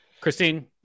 Christine